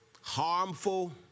harmful